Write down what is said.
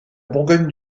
bourgogne